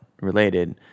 related